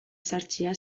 sartzea